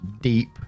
deep